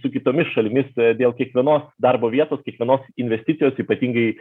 su kitomis šalimis dėl kiekvienos darbo vietos kiekvienos investicijos ypatingai